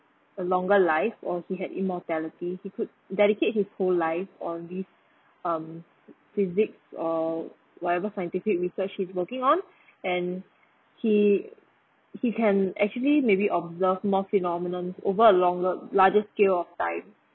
a longer life or he had immortality he could dedicate his whole life on this um physics or whatever scientific research he's working on and he he can actually maybe observe more phenomenon over a longer larger scale of time